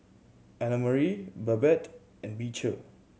Annmarie Babette and Beecher